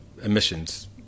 Emissions